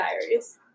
Diaries